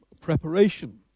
preparation